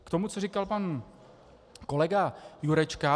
K tomu, co říkal pan kolega Jurečka.